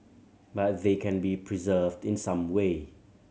but they can be preserved in some way